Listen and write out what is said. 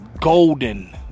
golden